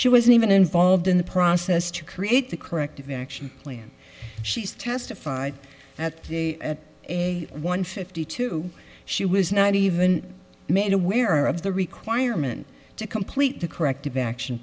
she wasn't even involved in the process to create the corrective action plan she's testified at one fifty two she was not even made aware of the requirement to complete the corrective action